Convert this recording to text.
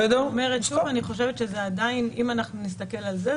אני אומרת שאם נסתכל על זה,